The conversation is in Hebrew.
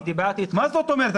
מה זאת אומרת?